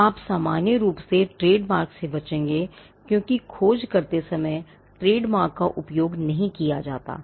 आप सामान्य रूप से ट्रेडमार्क से बचेंगे क्योंकि खोज करते समय ट्रेडमार्क का उपयोग नहीं किया जाता है